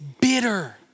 bitter